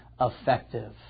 effective